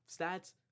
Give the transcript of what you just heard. stats